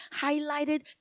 highlighted